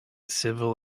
civil